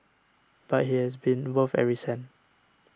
but it has been worth every cent